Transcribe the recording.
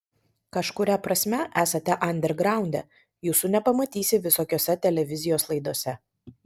kažkuria prasme esate andergraunde jūsų nepamatysi visokiose televizijos laidose